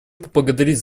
поблагодарить